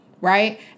Right